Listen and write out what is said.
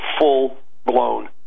full-blown